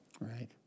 Right